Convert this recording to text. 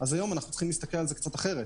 היום אנו צריכים להסתכל על זה קצת אחרת.